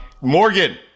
Morgan